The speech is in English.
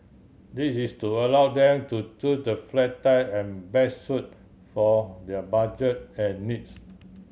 this is to allow them to choose the flat type and best suit for their budget and needs